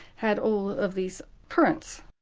had all of these currents.